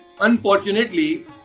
unfortunately